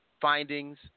findings